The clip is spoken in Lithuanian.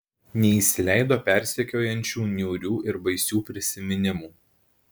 neįsileido persekiojančių niūrių ir baisių prisiminimų